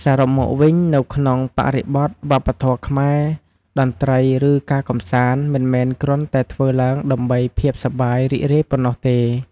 សរុបមកវិញ នៅក្នុងបរិបទវប្បធម៌ខ្មែរ តន្ត្រី ឬ ការកម្សាន្ត មិនមែនគ្រាន់តែធ្វើឡើងដើម្បីភាពសប្បាយរីករាយប៉ុណ្ណោះទេ។